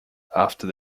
after